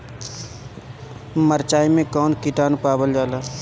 मारचाई मे कौन किटानु पावल जाला?